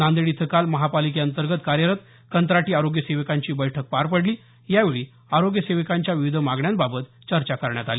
नांदेड इथं काल महानगरपालिके अंतर्गत कार्यरत कंत्राटी आरोग्य सेविकांची बैठक पार पडली यावेळी आरोग्य सेविकांच्या विविध मागण्यांबाबत चर्चा करण्यात आली